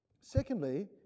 secondly